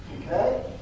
Okay